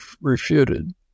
refuted